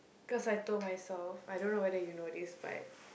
cause I told myself I don't know whether you know this but